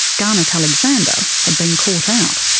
garnet alexander had been caught out.